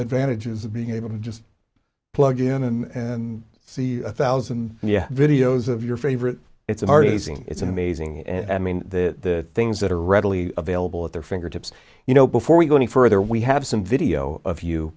advantages of being able to just plug in and see a thousand yeah videos of your favorite it's an art easing it's amazing and i mean the things that are readily available at their fingertips you know before we go any further we have some video of you